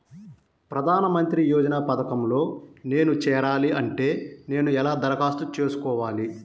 ప్రధాన మంత్రి యోజన పథకంలో నేను చేరాలి అంటే నేను ఎలా దరఖాస్తు చేసుకోవాలి?